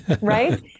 Right